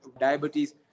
diabetes